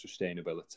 sustainability